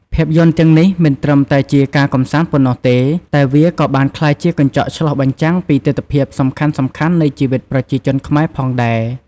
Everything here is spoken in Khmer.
ភាពយន្តទាំងនេះមិនត្រឹមតែជាការកម្សាន្តប៉ុណ្ណោះទេ តែវាក៏បានក្លាយជាកញ្ចក់ឆ្លុះបញ្ចាំងពីទិដ្ឋភាពសំខាន់ៗនៃជីវិតប្រជាជនខ្មែរផងដែរ។